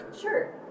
Sure